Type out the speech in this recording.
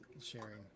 sharing